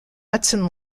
hudson